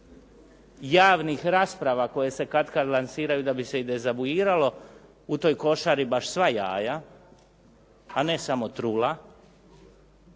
javnih rasprava koje se katkad lansiraju da bi se i dezavuiralo u toj košari baš sva jaja, a ne samo trula.